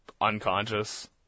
unconscious